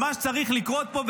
מה שצריך לקרות פה,